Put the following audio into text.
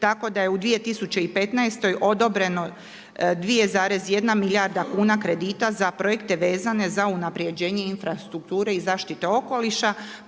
tako da je u 2015. odobreno 2,1 milijarda kuna kredita za projekte vezane za unapređenje infrastrukture i zaštite okoliša,